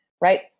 right